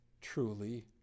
truly